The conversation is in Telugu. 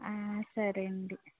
ఆ సరే అండి